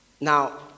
Now